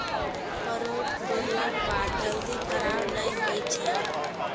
परोर तोड़लाक बाद जल्दी खराब नहि होइ छै